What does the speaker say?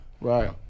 Right